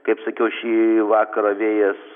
kaip sakiau šį vakarą vėjas